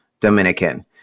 Dominican